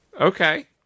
Okay